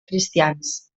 cristians